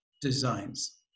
designs